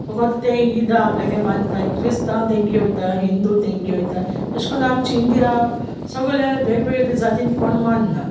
फोकोत ते ईद आपणाले मानताय क्रिस्तांव तेंगे वोयताय हिंदू तेंगे वोयताय एशेको आमची इंडिया सोगली वेगळेवेगळे जातीन कोण मानना